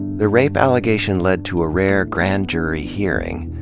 the rape allegation led to a rare grand jury hearing,